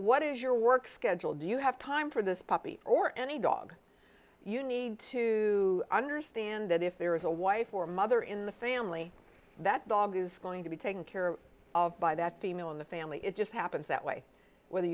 what is your work schedule do you have time for this puppy or any dog you need to understand that if there is a wife or mother in the family that dog is going to be taken care of by that the male in the family it just happens that way whether